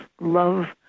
love